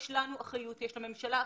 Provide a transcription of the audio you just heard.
יש לנו אחריות, יש לממשלה אחריות.